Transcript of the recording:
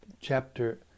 chapter